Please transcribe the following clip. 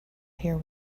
here